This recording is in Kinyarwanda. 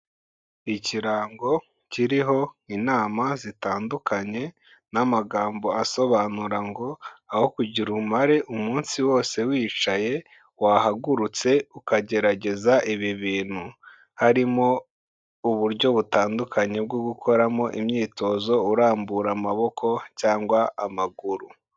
Ikirango kiriho inama zitandukanye n'amagambo asobanura ngo aho kugira umumare umunsi wose wicaye wahagurutse ukagerageza ibi bintu, harimo uburyo butandukanye bwo gukoramo imyitozo urambura amaboko cyangwa amaguru.